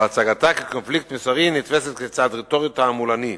והצגתה כקונפליקט מוסרי נתפסת כצעד רטורי תועמלני.